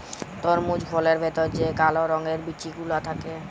তরমুজ ফলের ভেতর যে কাল রঙের বিচি গুলা থাক্যে